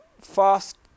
fast